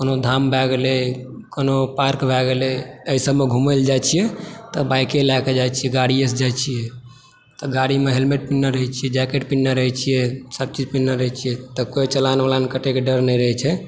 कोनो धाम भए गेलै कोनो पार्क भए गेलै एहि सभमे घूमैले जाइत छियै तऽ बाइके लए कऽ जाइ छियै गाड़ियेसँ जाइ छियै तऽ गाड़ीमे हेलमेट पिन्हने रहैत छियै जैकेट पिन्हने रहैत छियै सभचीज पिन्हने रहैत छियै तब कोइ चालान उलान कटयके डर नहि रहैत छै